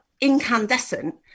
incandescent